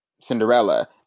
Cinderella